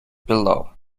below